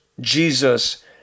Jesus